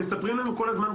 הם מספרים לנו כל הזמן,